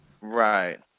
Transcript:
Right